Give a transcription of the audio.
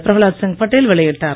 பிரகலாத்சிங் பட்டேல் வெளியிட்டார்